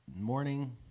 morning